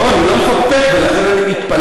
לא, אני לא מפקפק, ולכן אני מתפלא.